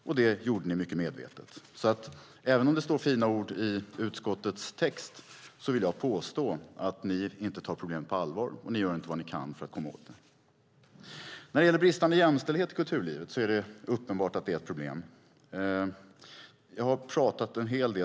Och det gjorde ni mycket medvetet. Även om det står fina ord i utskottets text vill jag påstå att ni inte tar problemet på allvar och att ni inte gör vad ni kan för att komma åt det. När det gäller bristande jämställdhet i kulturlivet är det uppenbart att det är ett problem.